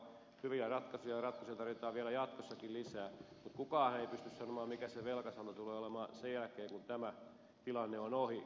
hyviä ratkaisuja ja ratkaisijoita tarvitaan vielä jatkossakin lisää mutta kukaanhan ei pysty sanomaan mikä se velkasaldo tulee olemaan sen jälkeen kun tämä tilanne on ohi